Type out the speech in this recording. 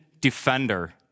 defender